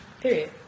Period